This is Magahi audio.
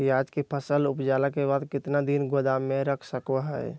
प्याज के फसल उपजला के बाद कितना दिन गोदाम में रख सको हय?